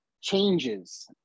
changes